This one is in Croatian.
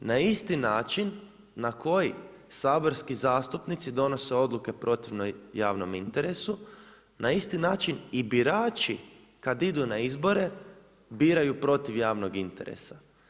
Na isti način na koji saborski zastupnici donose odluke protivnoj javnom interesu, na isti način i birači kada idu na izbore, biraju protiv javnog interesa.